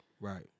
Right